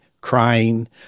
crying